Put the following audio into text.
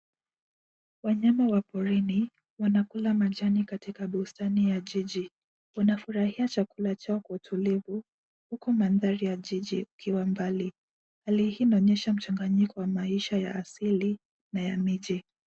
Wanyama wa porini wanakula majani katika bustani ya jiji. Wanafurahia chakula chao kwa utulivu huku mandhari ya jiji ikiwa mbali. Hali hii inaonyesha mchanganyiko wa maisha ya asili na ya miji.